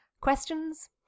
Questions